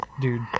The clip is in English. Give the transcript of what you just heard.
dude